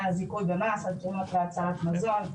הזיכוי במס על תרומות והצלת מזון,